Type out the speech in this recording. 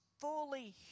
fully